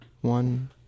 One